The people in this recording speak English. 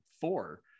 four